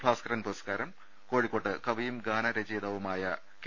ഭാസ്കരൻ പുരസ്കാരം കോഴിക്കോട്ട് കവിയും ഗാനരചയിതാവുമായ കെ